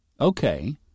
Okay